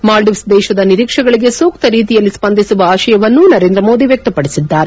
ಮಾಲ್ಡೀವ್ಸ್ ದೇಶದ ನಿರೀಕ್ಷೆಗಳಿಗೆ ಸೂಕ್ತ ರೀತಿಯಲ್ಲಿ ಸ್ಪಂದಿಸುವ ಆಶಯವನ್ನು ನರೇಂದ್ರ ಮೋದಿ ವ್ಯಕ್ತಪಡಿಸಿದ್ದಾರೆ